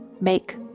make